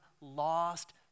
lost